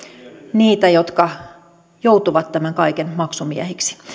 niitä jotka joutuvat tämän kaiken maksumiehiksi